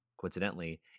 coincidentally